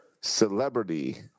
celebrity